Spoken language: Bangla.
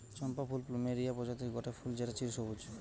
চম্পা ফুল প্লুমেরিয়া প্রজাতির গটে ফুল যেটা চিরসবুজ